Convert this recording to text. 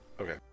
okay